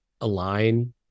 align